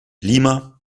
lima